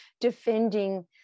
defending